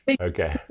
okay